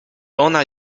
ona